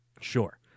Sure